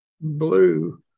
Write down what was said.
blue